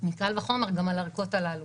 קל וחומר גם על הערכות הללו.